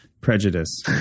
Prejudice